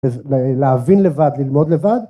להבין לבד ללמוד לבד